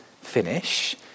finish